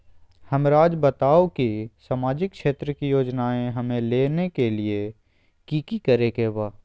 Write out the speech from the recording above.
हमराज़ बताओ कि सामाजिक क्षेत्र की योजनाएं हमें लेने के लिए कि कि करे के बा?